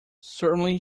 certainly